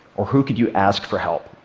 or who could you ask for help?